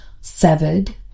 severed